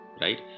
right